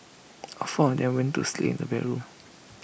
all four of them went to sleep in the bedroom